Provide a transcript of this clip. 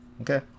okay